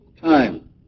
time